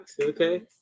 Okay